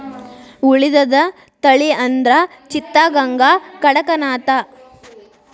ಉಳಿದದ ತಳಿ ಅಂದ್ರ ಚಿತ್ತಗಾಂಗ, ಕಡಕನಾಥ